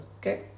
Okay